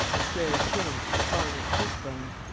the square chin, the prominent cheek-bones.